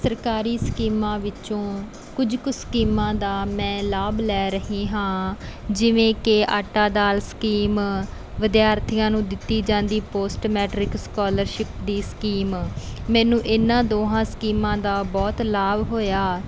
ਸਰਕਾਰੀ ਸਕੀਮਾਂ ਵਿੱਚੋਂ ਕੁਝ ਕੁ ਸਕੀਮਾਂ ਦਾ ਮੈਂ ਲਾਭ ਲੈ ਰਹੀ ਹਾਂ ਜਿਵੇਂ ਕਿ ਆਟਾ ਦਾਲ ਸਕੀਮ ਵਿਦਿਆਰਥੀਆਂ ਨੂੰ ਦਿੱਤੀ ਜਾਂਦੀ ਪੋਸਟ ਮੈਟਰਿਕ ਸਕਾਲਰਸ਼ਿਪ ਦੀ ਸਕੀਮ ਮੈਨੂੰ ਇਹਨਾਂ ਦੋਹਾਂ ਸਕੀਮਾਂ ਦਾ ਬਹੁਤ ਲਾਭ ਹੋਇਆ